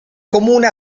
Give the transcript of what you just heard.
comune